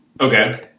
Okay